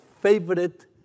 favorite